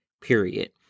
period